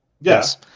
Yes